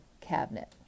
Cabinet